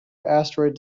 asteroid